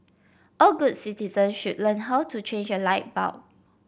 all good citizen should learn how to change a light bulb